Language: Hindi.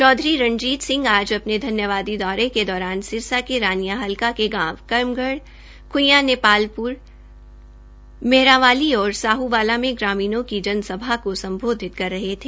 चौधरी रणजीत सिंह आज अपने धन्यवादी दौरे के दौरान सिरसा के रानियां हल्का के गांव कर्मगढ खुईयां नेपालपुर मोहरावाली और साहूवाला में ग्रामीणों की जनसभा को संबोधित कर रहे थे